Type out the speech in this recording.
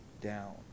down